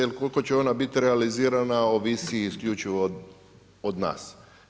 Jer koliko će ona biti realizirana ovisi isključivo od nas.